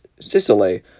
Sicily